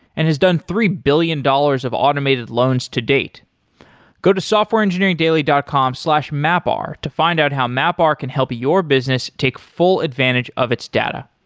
and has done three billion dollars of automated loans to date go to softwareengineeringdaily dot com slash mapr to find out how mapr can help your business take full advantage of its data.